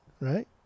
Right